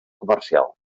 comercial